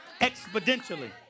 Exponentially